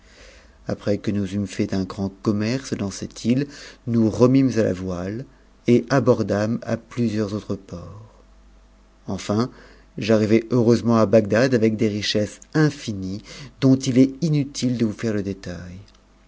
après que nous eûmes fait un grand commerce dans cette île nous remîmes à a voile et abordâmes à plusieurs autres ports enfin j'arrivai heureusement à bagdad avec des richesses munies dont il est inuti ejf vous faire le détait